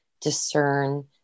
discern